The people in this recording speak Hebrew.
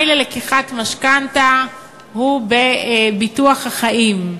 ללקיחת משכנתה הוא ביטוח חיים.